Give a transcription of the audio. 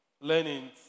learning